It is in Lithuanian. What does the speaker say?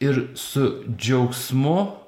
ir su džiaugsmu